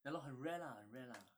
ya lor 很 rare lah 很 rare lah